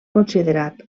considerat